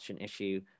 issue